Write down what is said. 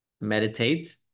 meditate